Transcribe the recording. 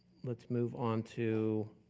let's move on to